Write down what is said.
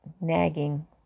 nagging